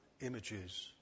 images